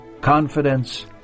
confidence